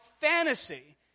fantasy